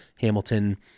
Hamilton